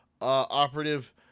operative